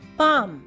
palm